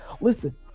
Listen